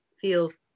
feels